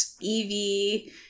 Evie